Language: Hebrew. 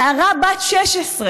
נערה בת 16,